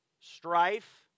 strife